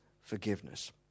forgiveness